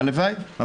הלוואי.